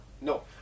No